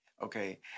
Okay